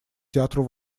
театру